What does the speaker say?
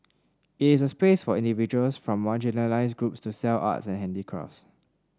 it is a space for individuals from marginalised groups to sell arts and handicrafts